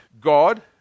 god